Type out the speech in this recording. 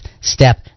step